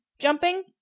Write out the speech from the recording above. Jumping